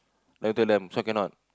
then I tell them this one cannot